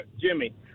Jimmy